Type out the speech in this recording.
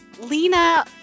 lena